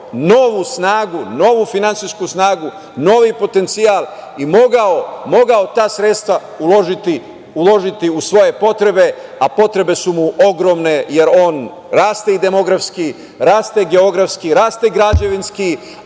novu snagu, novu finansijsku snagu, novi potencijal i mogao ta sredstva uložiti u svoje potrebe, a potrebe su mu ogromne, jer on raste i demografski, raste geografski, raste građevinski,